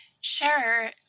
Sure